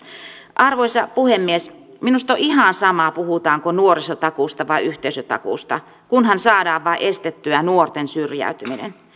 arvoisa puhemies minusta on ihan sama puhutaanko nuorisotakuusta vai yhteisötakuusta kunhan vain saadaan estettyä nuorten syrjäytyminen